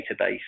database